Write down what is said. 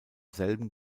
selben